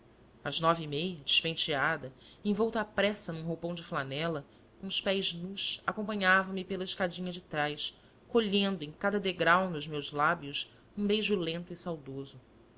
as nove e meia despenteada envolta à pressa num roupão de flanela com os pés nus acompanhava me pela escadinha de trás colhendo em cada degrau nos meus lábios um beijo lento e saudoso